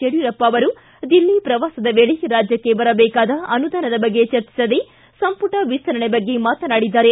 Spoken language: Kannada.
ಯಡಿಯೂರಪ್ಪ ಅವರು ದಿಲ್ಲಿ ಪ್ರವಾಸದ ವೇಳೆ ರಾಜ್ಯಕ್ಕೆ ಬರಬೇಕಾದ ಅನುದಾನದ ಬಗ್ಗೆ ಚರ್ಚಿಸದೇ ಸಂಪುಟ ವಿಸ್ತರಣೆ ಬಗ್ಗೆ ಮಾತನಾಡಿದ್ದಾರೆ